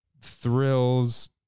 Thrills